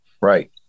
Right